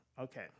okay